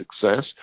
success